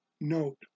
Note